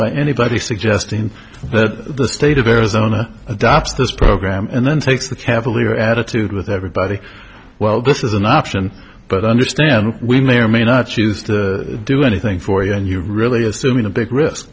by anybody suggesting that the state of arizona adopts this program and then takes the cavalier attitude with everybody well this is an option but understand we may or may not choose to do anything for you and you really assuming a big risk